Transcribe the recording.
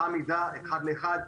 אותה מידה אחת לאחת.